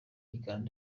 yigana